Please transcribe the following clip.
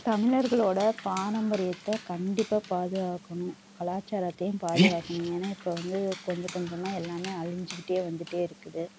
தமிழர்களோட பாரம்பரியத்தை கண்டிப்பாக பார்துக்காக்கணும் கலாச்சாரத்தையும் பாதுக்காக்கணும் ஏன்னா இப்போ வந்து கொஞ்சம் கொஞ்சமாக எல்லாமே அழிஞ்சிக்கிட்டே வந்துகிட்டே இருக்குது